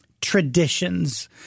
Traditions